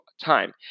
time